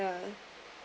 uh